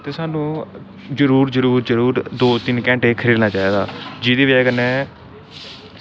ते सानू जरूर जरूर जरूर दो तिन्न घैंटे खेलना चाहिदा जेह्दी बजह कन्नै